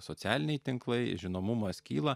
socialiniai tinklai žinomumas kyla